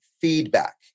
feedback